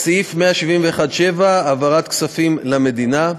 סעיף 171(7) (העברת כספים למדינה),